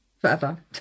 Forever